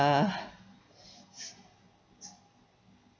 uh